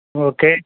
okay